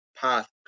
path